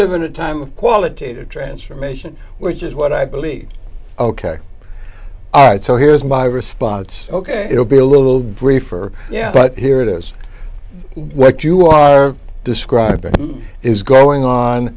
live in a time of qualitative transformation which is what i believe ok all right so here's my response ok it will be a little briefer yeah but here it is what you are describing is going on